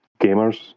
gamers